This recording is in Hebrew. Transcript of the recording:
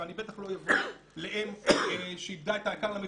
ואני בטח לא אבוא לאם שאיבדה את היקר לה מכל.